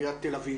עיריית תל אביב,